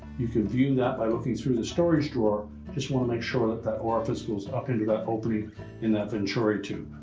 you can view that by looking through the storage drawer just want to make sure that that orifice is up into that opening in that venturi tube.